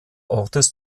ortes